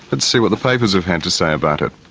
let's see what the papers have had to say about it.